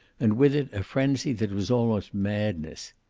and with it a frenzy that was almost madness.